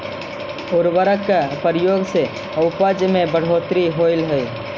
उर्वरक के प्रयोग से उपज में बढ़ोत्तरी होवऽ हई